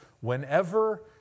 whenever